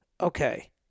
Okay